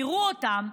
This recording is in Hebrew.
תראו אותם,